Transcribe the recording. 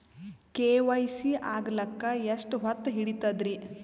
KYC ಆಗಲಕ್ಕ ಎಷ್ಟ ಹೊತ್ತ ಹಿಡತದ್ರಿ?